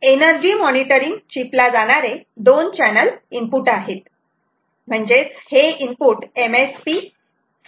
तर energy monitoring chip ला जाणारे दोन चॅनल इनपुट आहेत म्हणजेच हे इनपुट MSP